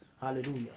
Hallelujah